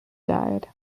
died